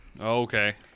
Okay